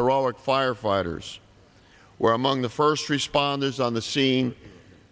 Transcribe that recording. heroic firefighters were among the first responders on the scene